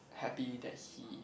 happy that he